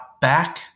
back